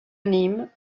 nîmes